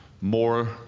more